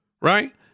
Right